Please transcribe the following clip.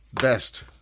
best